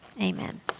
Amen